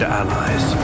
allies